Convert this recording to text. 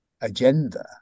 agenda